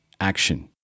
action